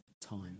time